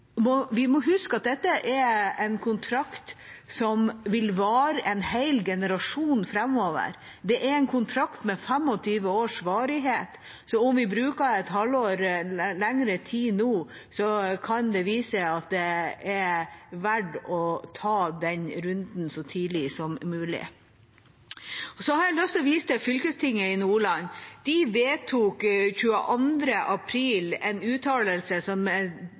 Vi må huske at dette er en kontrakt som vil vare en hel generasjon framover. Det er en kontrakt med 25 års varighet, så om vi bruker et halvt år eller lengre tid nå, kan det vise seg at det er verdt å ta den runden så tidlig som mulig. Jeg har også lyst til å vise til fylkestinget i Nordland. De vedtok 22. april følgende uttalelse: